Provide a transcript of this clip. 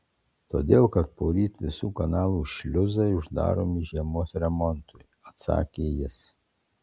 todėl kad poryt visų kanalų šliuzai uždaromi žiemos remontui atsakė jis